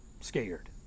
Scared